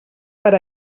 per